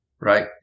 right